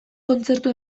kontzertu